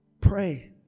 pray